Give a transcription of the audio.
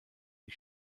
die